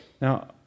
Now